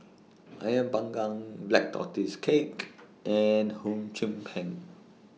Ayah Pang Gang Black Tortoise Cake and Hum Chiu Pen